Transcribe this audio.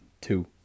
Two